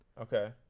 okay